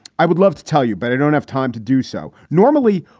i would love to tell you, but i don't have time to do so. normally,